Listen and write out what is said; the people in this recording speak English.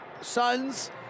Suns